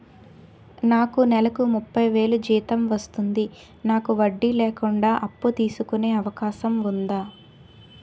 నాకు నేలకు ముప్పై వేలు జీతం వస్తుంది నాకు వడ్డీ లేకుండా అప్పు తీసుకునే అవకాశం ఉందా